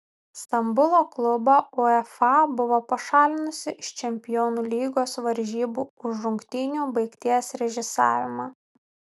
stambulo klubą uefa buvo pašalinusi iš čempionų lygos varžybų už rungtynių baigties režisavimą